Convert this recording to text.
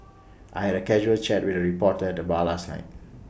I had A casual chat with A reporter at the bar last night